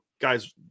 guys